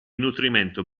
nutrimento